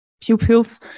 pupils